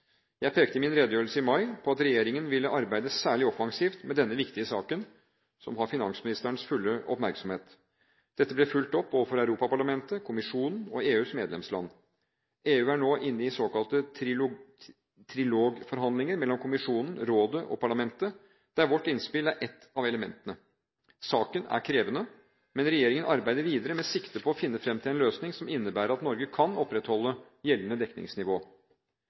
Jeg pekte i min redegjørelse i mai på at regjeringen ville arbeide særlig offensivt med denne viktige saken, som har finansministerens fulle oppmerksomhet. Dette ble fulgt opp overfor Europaparlamentet, kommisjonen og EUs medlemsland. EU er nå inne i såkalte trilogforhandlinger mellom kommisjonen, rådet og parlamentet, der vårt innspill er ett av elementene. Saken er krevende, men regjeringen arbeider videre med sikte på å finne fram til en løsning som innebærer at Norge kan opprettholde gjeldende dekningsnivå.